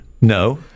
No